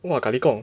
!wah! kaligong